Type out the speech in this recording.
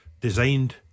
designed